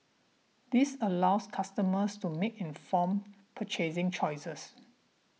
this allows customers to make informed purchasing choices